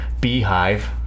beehive